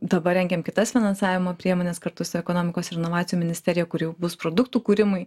dabar rengiam kitas finansavimo priemones kartu su ekonomikos ir inovacijų ministerija kur jau bus produktų kūrimui